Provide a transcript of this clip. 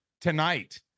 tonight